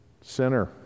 sinner